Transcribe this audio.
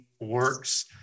works